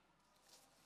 חבריי חברי הכנסת,